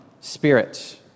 spirit